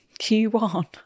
Q1